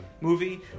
movie